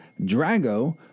Drago